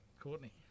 Courtney